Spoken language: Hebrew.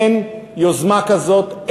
אין יוזמה כזאת,